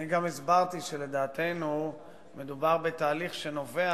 גם הסברתי שלדעתנו מדובר בתהליך שנובע